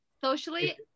Socially